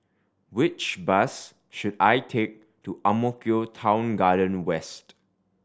which bus should I take to Ang Mo Kio Town Garden West